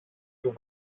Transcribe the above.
του